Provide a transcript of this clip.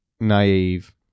Naive